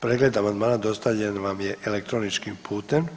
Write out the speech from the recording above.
Pregled amandmana dostavljen vam je elektroničkim putem.